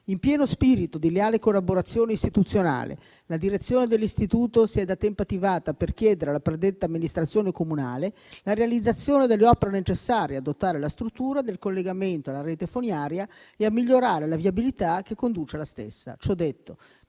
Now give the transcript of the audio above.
In pieno spirito di leale collaborazione istituzionale, la direzione dell'istituto si è da tempo attivata per chiedere alla predetta amministrazione comunale la realizzazione delle opere necessarie a dotare la struttura del collegamento alla rete fognaria e a migliorare la viabilità che conduce alla stessa. Ciò detto,